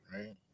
right